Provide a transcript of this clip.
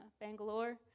Bangalore